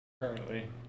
Currently